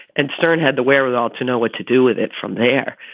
and stern had the wherewithal to know what to do with it from there.